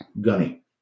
Gunny